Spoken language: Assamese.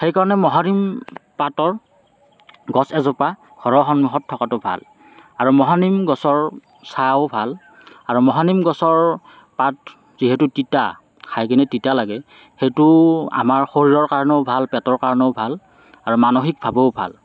সেইকাৰণে মহানিম পাতৰ গছ এজোপা ঘৰৰ সন্মুখত থকাতো ভাল আৰু মহানিম গছৰ ছাল ভাল আৰু মহানিম গছৰ পাত যিহেতু তিতা খাইকেনি তিতা লাগে সেইটো আমাৰ শৰীৰৰ কাৰণেও ভাল পেটৰ কাৰণেও ভাল আৰু মানসিক ভাৱেও ভাল